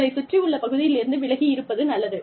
உங்களை சுற்றி உள்ள பகுதியிலிருந்து விலகி இருப்பது நல்லது